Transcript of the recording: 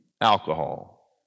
alcohol